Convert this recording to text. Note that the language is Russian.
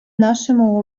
нашему